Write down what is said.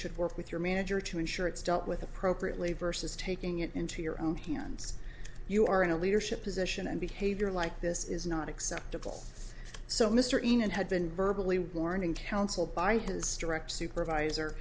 should work with your manager to ensure it's dealt with appropriately versus taking it into your own hands you are in a leadership position and behavior like this is not acceptable so mr enon had been virtually warning counsel by his direct supervisor